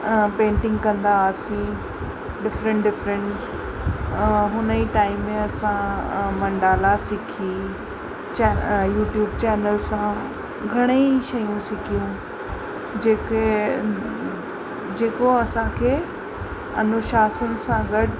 painting कंदा हुआसीं different different हुन ई टाइम में असां मंडाला सिखी च यू ट्यूब चैनल सां घणई शयूं सिखियूं जेके जेको असांखे अनुशासन सां गॾु